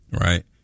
Right